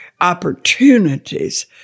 opportunities